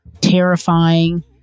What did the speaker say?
terrifying